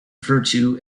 virtue